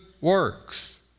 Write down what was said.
works